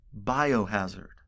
biohazard